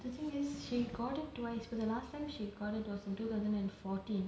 the thing is she got it twice but the last time she got it was in two thousand and fourteen